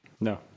No